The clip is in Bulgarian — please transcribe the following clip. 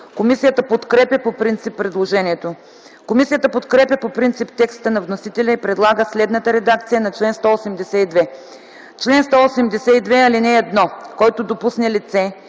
Комисията подкрепя по принцип предложението. Комисията подкрепя по принцип текста на вносителя и предлага следната редакция на чл. 181: „Чл. 181. (1) Който допусне